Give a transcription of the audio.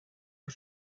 que